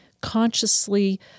consciously